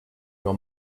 your